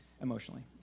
emotionally